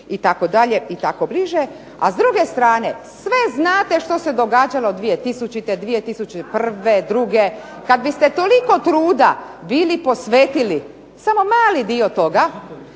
itd. i tako bliže. A s druge strane sve znate što se događalo 2000., 2001., druge. Kad biste toliko truda bili posvetili samo mali dio toga